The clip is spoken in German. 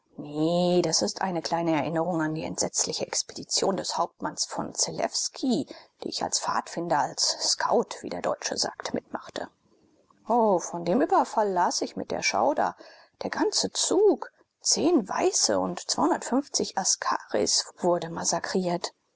das ist eine kleine erinnerung an die entsetzliche expedition des hauptmanns von zelewski die ich als pfadfinder als scout wie der deutsche sagt mitmachte o von dem überfall las ich mit schauder der ganze zug weiße und askaris wurde massakriert